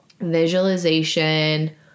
visualization